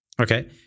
Okay